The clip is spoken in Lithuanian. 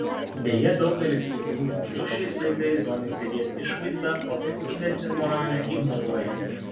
deja daugelis jaunų žmonių šiais laikais domisi vien išvaizda o vertybes ir moralę ignoruoja